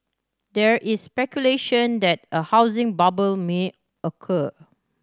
there is speculation that a housing bubble may occur